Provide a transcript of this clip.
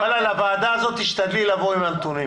וואלה, לוועדה הזאת תשתדלי לבוא עם הנתונים,